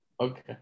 Okay